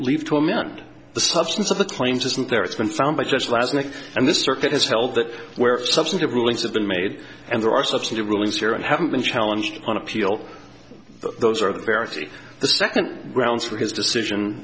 leave to amend the substance of the claims isn't there it's been found by just last night and this circuit has held that where if substantive rulings have been made and there are substantive rulings here and haven't been challenged on appeal those are the parity the second grounds for his decision